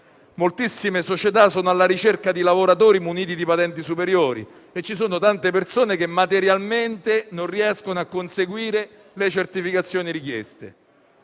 Moltissime società sono alla ricerca di lavoratori muniti di patenti superiori e ci sono tante persone che materialmente non riescono a conseguire le certificazioni richieste.